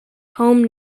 home